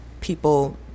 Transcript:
people